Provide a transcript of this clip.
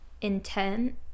intent